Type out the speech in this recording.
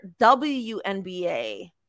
WNBA